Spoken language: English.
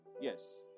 Yes